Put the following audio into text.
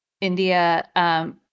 India